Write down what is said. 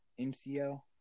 MCL